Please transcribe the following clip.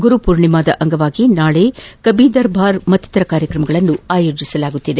ಗುರು ಪೂರ್ಣಿಮಾದ ಅಂಗವಾಗಿ ನಾಳೆ ಕಬಿ ದರ್ಬಾರ್ ಮತ್ತಿತರ ಕಾರ್ಯಕ್ರಮಗಳನ್ನು ಆಯೋಜಿಸಲಾಗುತ್ತದೆ